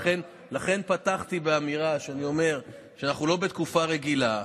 לכן פתחתי באמירה שאנחנו לא בתקופה רגילה,